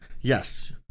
Yes